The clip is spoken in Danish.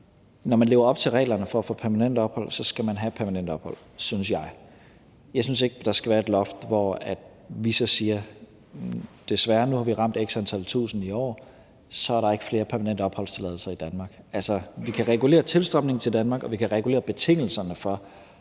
når man lever op til reglerne for at få permanent ophold, skal man have permanent ophold, synes jeg. Jeg synes ikke, at der skal være et loft, hvor vi så siger: Desværre, nu har vi ramt x antal tusind i år, og så er der ikke flere permanente opholdstilladelser i Danmark. Altså, vi kan regulere tilstrømningen til Danmark, og vi kan regulere betingelserne for,